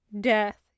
Death